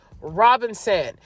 Robinson